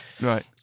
right